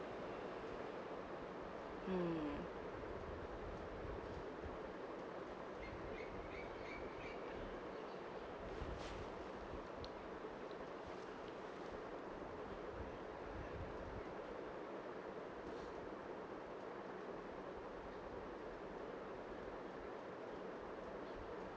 mm